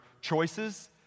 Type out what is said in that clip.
choices